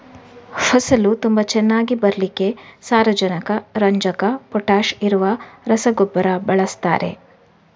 ಫಸಲು ತುಂಬಾ ಚೆನ್ನಾಗಿ ಬರ್ಲಿಕ್ಕೆ ಸಾರಜನಕ, ರಂಜಕ, ಪೊಟಾಷ್ ಇರುವ ರಸಗೊಬ್ಬರ ಬಳಸ್ತಾರೆ